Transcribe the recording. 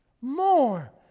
more